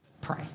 pray